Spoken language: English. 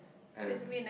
and